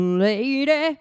lady